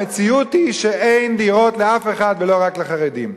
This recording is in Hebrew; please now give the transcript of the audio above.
המציאות היא שאין דירות לאף אחד ולא רק לחרדים.